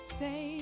say